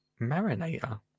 Marinator